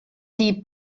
die